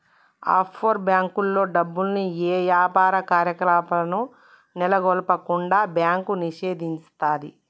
offshore బ్యేంకుల్లో డబ్బుల్ని యే యాపార కార్యకలాపాలను నెలకొల్పకుండా బ్యాంకు నిషేధిస్తది